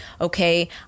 Okay